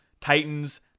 Titans